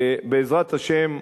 בעזרת השם,